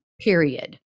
period